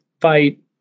fight